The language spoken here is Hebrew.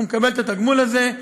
הוא מקבל את התגמול הזה,